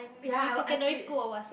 yea I I feel